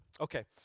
Okay